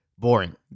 boring